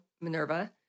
Minerva